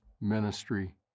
ministry